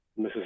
Mrs